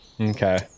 Okay